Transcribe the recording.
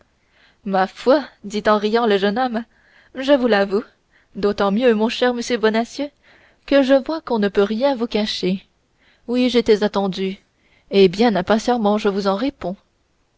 ma foi dit en riant le jeune homme je vous l'avoue d'autant mieux mon cher monsieur bonacieux que je vois qu'on ne peut rien vous cacher oui j'étais attendu et bien impatiemment je vous en réponds